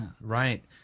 Right